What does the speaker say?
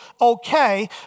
okay